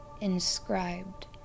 inscribed